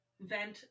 vent